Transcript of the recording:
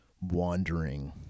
wandering